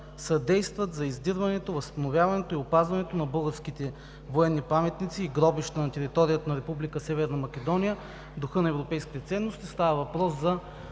съдействат за издирването, възстановяването и опазването на българските военни паметници и гробища на територията на Република Северна Македония в духа на европейските ценности“. Става въпрос за